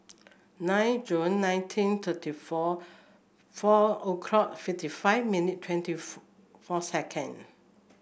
nine June nineteen thirty four four o'clock fifty five minutes twenty four seconds